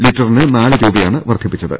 ലിറ്ററിന് നാല് രൂപയാണ് വർധിപ്പിച്ചത്